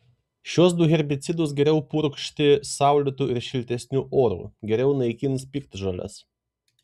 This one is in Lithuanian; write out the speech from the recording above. šiuos du herbicidus geriau purkšti saulėtu ir šiltesniu oru geriau naikins piktžoles